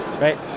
right